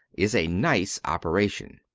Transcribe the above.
is a nice operation.